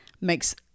makes